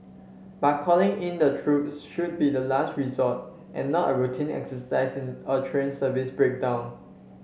but calling in the troops should be the last resort and not a routine exercise in a train service breakdown